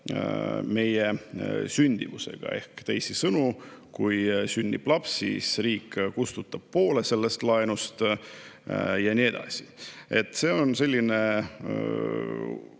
meie sündimusega. Teisisõnu: kui sünnib laps, siis riik kustutab poole sellest laenust, ja nii edasi. See on õige